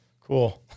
cool